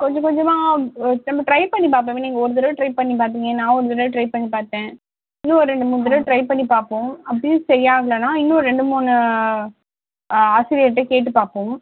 கொஞ்சம் கொஞ்சமாக நம்ம ட்ரை பண்ணி பார்ப்போமே நீங்கள் ஒரு தடவை ட்ரை பண்ணி பார்த்தீங்க நான் ஒரு தடவை ட்ரை பண்ணி பார்த்தேன் இன்னும் ஒரு ரெண்டு மூணு தடவை ட்ரை பண்ணி பார்ப்போம் அப்படியும் சரி ஆகலைன்னா இன்னும் ரெண்டு மூணு ஆசிரியர்கிட்ட கேட்டு பார்ப்போம்